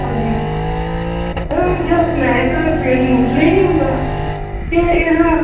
ਹਾਂਜੀ ਸਰ ਜੋ ਪਲੈਂਕ ਆ ਇਹ ਵੇਟ ਲੂਜ਼ ਲਈ ਨਹੀਂ ਹੁੰਦਾ ਕਿ ਇਹਦੇ ਨਾਲ